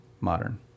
modern